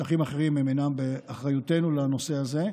שטחים אחרים אינם באחריותנו בנושא הזה,